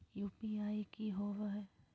UPI की होवे हय?